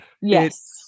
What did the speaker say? Yes